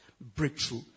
breakthrough